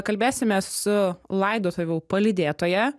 kalbėsime su laidotuvių palydėtoja